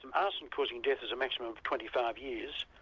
um arson causing death is a maximum of twenty five years.